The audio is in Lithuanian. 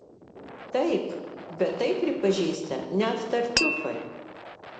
taip bet tai pripažįsta net tartiufai